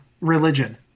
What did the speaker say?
religion